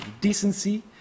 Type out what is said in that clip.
decency